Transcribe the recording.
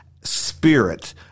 spirit